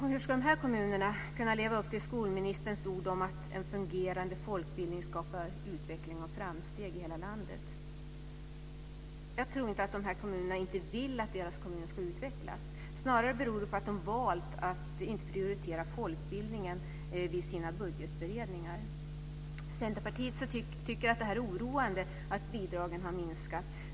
Hur ska dessa kommuner kunna leva upp till skolministerns ord om att en fungerande folkbildning skapar utveckling och framsteg i hela landet? Jag tror inte att de här kommunerna inte vill utvecklas. Snarare beror detta på att de valt att inte prioritera folkbildningen vid sina budgetberedningar. Centerpartiet tycker att det är oroande att bidragen har minskat.